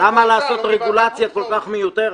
למה לעשות רגולציה כל כך מיותרת?